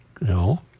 no